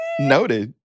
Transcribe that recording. Noted